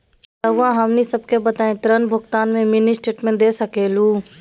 रहुआ हमनी सबके बताइं ऋण भुगतान में मिनी स्टेटमेंट दे सकेलू?